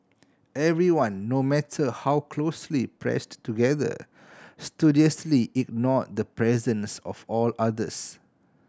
everyone no matter how closely pressed together studiously ignore the presence of all others